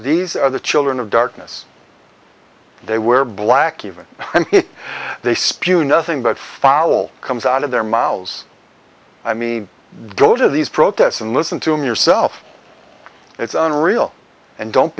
these are the children of darkness they were black even if they spew nothing but foul comes out of there miles i mean go to these protests and listen to him yourself it's unreal and don't